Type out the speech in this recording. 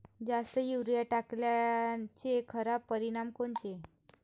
जास्त युरीया टाकल्याचे खराब परिनाम कोनचे?